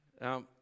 Now